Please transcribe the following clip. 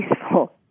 peaceful